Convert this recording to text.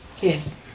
Yes